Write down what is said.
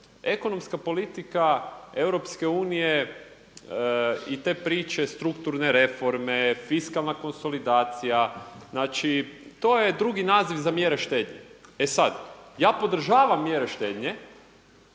ekonomska politika EU i te priče strukturne reforme, fiskalna konsolidacija znači to je drugi naziv za mjere štednje. E sada, ja podržavam mjere štednje,